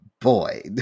Boy